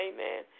Amen